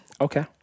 Okay